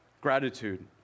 Gratitude